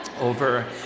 over